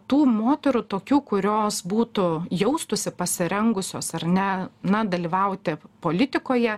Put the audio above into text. tų moterų tokių kurios būtų jaustųsi pasirengusios ar ne na dalyvauti politikoje